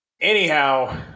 Anyhow